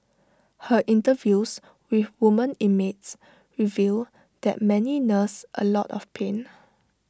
her interviews with women inmates reveal that many nurse A lot of pain